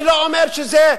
אני לא אומר שזה,